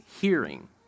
hearing